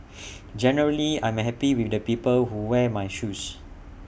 generally I'm happy with the people who wear my shoes